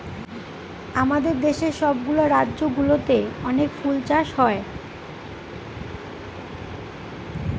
আমাদের দেশের সব গুলা রাজ্য গুলোতে অনেক ফুল চাষ হয়